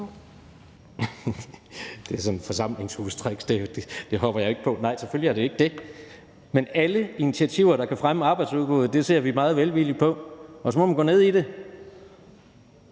Det er sådan et forsamlingshustrick, og det hopper jeg ikke på. Nej, selvfølgelig er det ikke det. Men alle initiativer, der kan fremme arbejdsudbuddet, ser vi meget velvilligt på, og så må man gå ned i det